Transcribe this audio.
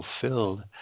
fulfilled